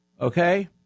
Okay